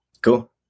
Cool